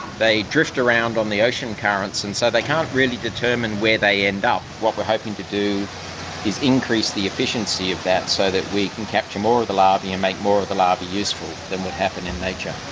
they drift around on the ocean currents and so they can't really determine where they end up. what we are hoping to do is increase the efficiency of that so that we can capture more of the larvae and make more of the larvae useful than would happen in nature.